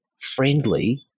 friendly